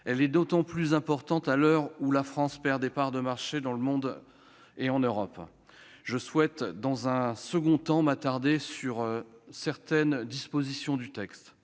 Elle est d'autant plus importante à l'heure où la France perd des parts de marché dans le monde et en Europe. Dans un second temps, je souhaite m'attarder sur certaines dispositions du texte.